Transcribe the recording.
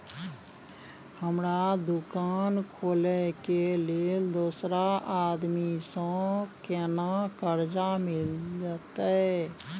हमरा दुकान खोले के लेल दूसरा आदमी से केना कर्जा मिलते?